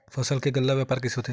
फसल के गल्ला व्यापार कइसे करथे?